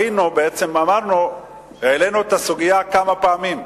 העלינו את הסוגיה כמה פעמים,